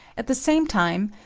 at the same time,